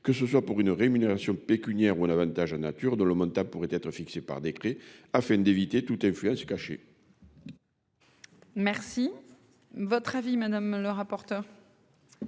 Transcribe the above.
que ce soit pour une rémunération pécuniaire ou un avantage en nature, dont le montant serait fixé par décret, afin d'éviter toute influence cachée. Quel est l'avis de la commission ?